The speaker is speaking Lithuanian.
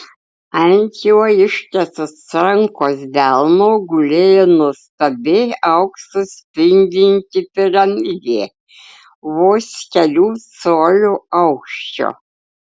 ant jo ištiestos rankos delno gulėjo nuostabi auksu spindinti piramidė vos kelių colių aukščio